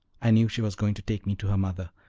i knew she was going to take me to her mother,